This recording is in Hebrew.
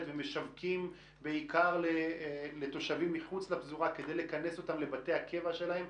ומשווקים בעיקר לתושבים מחוץ לפזורה כדי לכנס אותם לבתי הקבע שלהם?